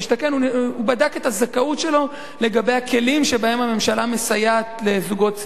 הוא בדק את הזכאות שלו לגבי הכלים שבהם הממשלה מסייעת לזוגות צעירים,